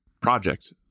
project